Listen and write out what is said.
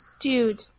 Dude